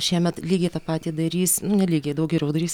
šiemet lygiai tą patį darys nu nelygiai daug geriau darys